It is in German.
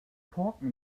korken